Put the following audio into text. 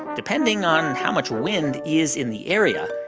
depending on how much wind is in the area,